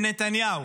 של נתניהו,